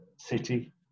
city